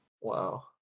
Wow